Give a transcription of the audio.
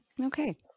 Okay